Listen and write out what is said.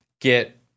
get